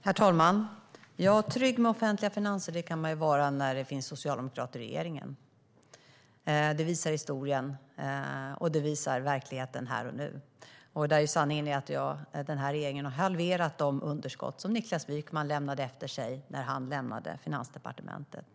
Herr talman! Ja, trygg med offentliga finanser kan man vara när det finns socialdemokrater i regeringen. Det visar historien, och det visar verkligheten här och nu. Sanningen är att den här regeringen har halverat de underskott Niklas Wykman lämnade efter sig när han lämnade Finansdepartementet.